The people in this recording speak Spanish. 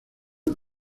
los